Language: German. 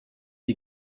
die